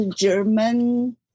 German